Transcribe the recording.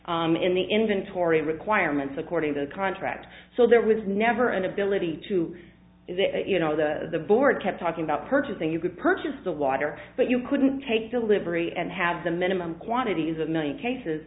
handled in the inventory requirements according to the contract so there was never an ability to you know the board kept talking about purchasing you could purchase the water but you couldn't take delivery and have the minimum quantities of million cases